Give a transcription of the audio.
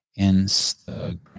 Instagram